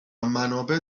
منابع